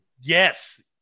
Yes